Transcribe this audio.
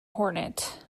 hornet